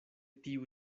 tiu